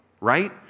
right